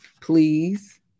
Please